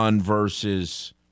versus